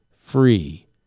free